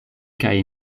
kaj